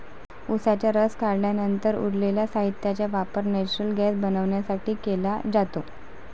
उसाचा रस काढल्यानंतर उरलेल्या साहित्याचा वापर नेचुरल गैस बनवण्यासाठी केला जातो